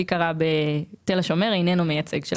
קרה בתל השומר איננו מייצג של האוכלוסייה.